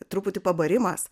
truputį pabarimas